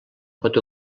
pot